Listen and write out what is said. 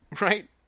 Right